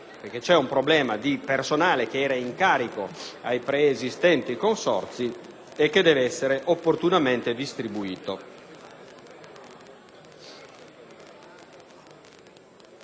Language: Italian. Vi è un problema di personale che era in carico ai preesistenti consorzi e che deve essere opportunamente distribuito.